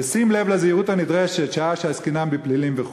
"ובשים לב לזהירות הנדרשת שעה שעסקינן בפלילים",